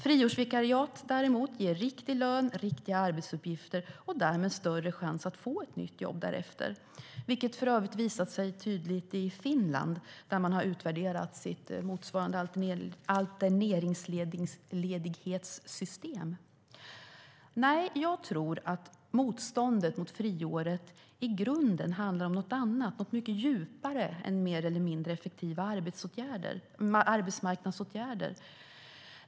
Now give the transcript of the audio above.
Friårsvikariat ger däremot en riktig lön, riktiga arbetsuppgifter och därmed en större chans att få ett nytt jobb därefter, vilket för övrigt har visat sig tydligt i Finland, där man har utvärderat sitt motsvarande alterneringsledighetssystem. Nej, jag tror att motståndet mot friåret i grunden handlar om något annat - något mycket djupare än mer eller mindre effektiva arbetsmarknadsåtgärder.